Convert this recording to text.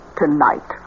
tonight